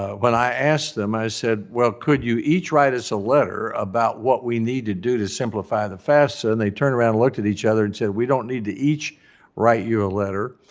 ah when i asked them, i said, well, could you each write us a letter about what we need to do to simplify the fafsa? and they turned around and looked at each other and said, we don't need to each write you a letter.